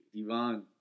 Ivan